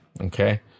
okay